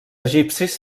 egipcis